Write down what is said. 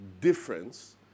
difference